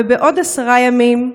ובעוד עשרה ימים,